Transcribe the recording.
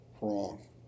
wrong